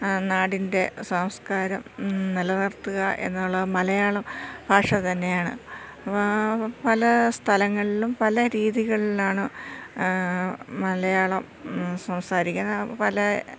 നാടിൻ്റെ സംസ്കാരം നിലനിർത്തുക എന്നുള്ള മലയാളം ഭാഷ തന്നെയാണ് പല സ്ഥലങ്ങളിലും പല രീതികളിലാണ് മലയാളം സംസാരിക്കുക പല